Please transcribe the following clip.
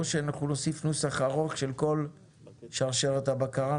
שאנחנו נוסיף נוסח ארוך של כל שרשרת הבקרה.